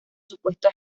supuesto